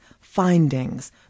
findings